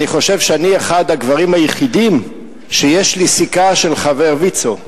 אני חושב שאני אחד הגברים היחידים שיש להם סיכה של חבר ויצו.